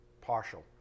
partial